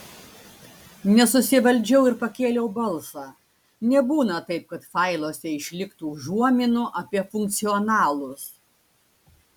nesusivaldžiau ir pakėliau balsą nebūna taip kad failuose išliktų užuominų apie funkcionalus